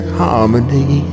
harmony